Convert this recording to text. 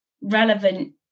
relevant